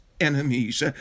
enemies